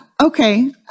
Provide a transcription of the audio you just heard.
okay